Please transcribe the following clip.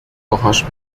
kochasz